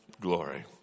glory